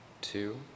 two